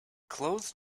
clothes